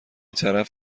طرف